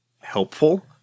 helpful